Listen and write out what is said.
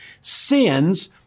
Sins